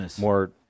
more